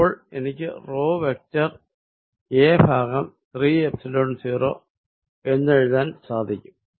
അപ്പോൾ എനിക്കിത് row vector a ഭാഗം 3 എപ്സിലോൺ 0 എന്നെഴുതാൻ സാധിക്കും